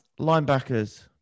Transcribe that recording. Linebackers